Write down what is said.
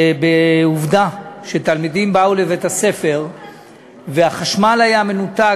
בעובדה שתלמידים באו לבית-הספר והחשמל היה מנותק,